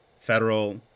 federal